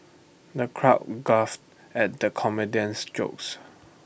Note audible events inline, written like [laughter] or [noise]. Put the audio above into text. the crowd [unintelligible] at the comedian's jokes